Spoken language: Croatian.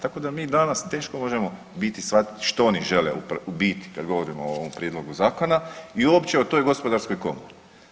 Tako da mi danas teško možemo biti, shvatiti što oni žele u biti kad govorimo o ovom prijedlogu zakona i uopće o toj Gospodarskoj komori.